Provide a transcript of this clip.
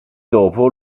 dopo